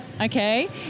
Okay